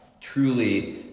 truly